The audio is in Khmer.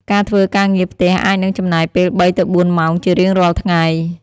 ការធ្វើការងារផ្ទះអាចនឹងចំណាយពេលបីទៅបួនម៉ោងជារៀងរាល់ថ្ងៃ។